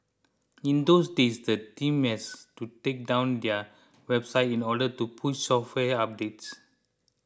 in those days the team has to take down their website in order to push software updates